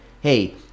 hey